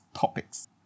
topics